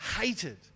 hated